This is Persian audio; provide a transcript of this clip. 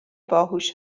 باهوش